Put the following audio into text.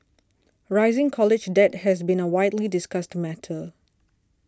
rising college debt has been a widely discussed matter